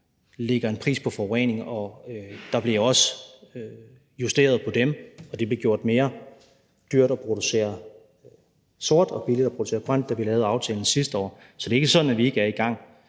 lægger en pris på forurening, og der bliver også justeret på dem, og det blev gjort dyrere at producere sort og billigere at producere grønt, da vi lavede aftalen sidste år. Så det er ikke sådan, at vi ikke er i gang.